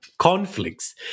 conflicts